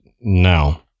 No